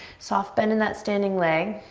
soft bend in that standing leg.